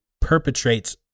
perpetrates